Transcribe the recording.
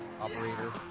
operator